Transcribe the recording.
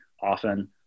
often